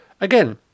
Again